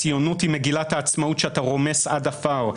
הציונות היא מגילת העצמאות שאתה רומס עד עפר.